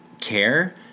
care